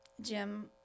Jim